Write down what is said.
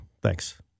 thanks